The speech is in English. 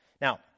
now